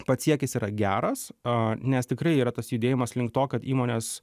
pats siekis yra geras a nes tikrai yra tas judėjimas link to kad įmonės